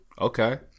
Okay